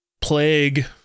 plague